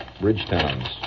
Bridgetown's